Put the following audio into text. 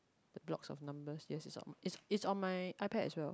the blocks of numbers yes it's on it's on my iPad as well